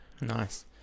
nice